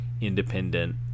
independent